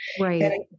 right